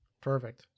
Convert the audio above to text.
Perfect